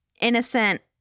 innocent